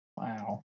Wow